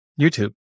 YouTube